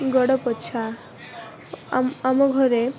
ଗୋଡ଼ ପୋଛା ଆମ୍ ଆମ ଘରେ